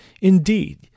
Indeed